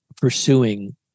pursuing